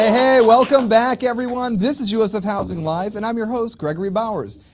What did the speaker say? hey welcome back everyone! this is usf housing live and i'm your host gregory bowers.